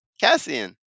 Cassian